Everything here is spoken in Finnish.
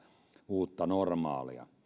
uutta normaalia